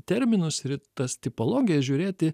terminus ir į tas tipologijas žiūrėti